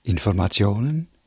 Informationen